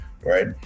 Right